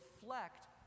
reflect